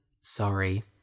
Sorry